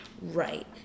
Right